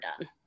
done